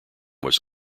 was